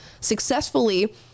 successfully